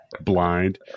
blind